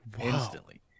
instantly